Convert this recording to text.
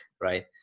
right